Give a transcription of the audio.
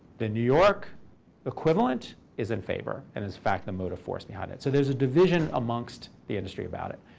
the new york equivalent is in favor, and is in fact the motive force behind it. so there's a division amongst the industry about it.